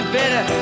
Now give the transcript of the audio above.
better